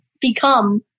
become